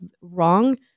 wrong